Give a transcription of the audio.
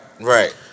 right